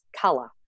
color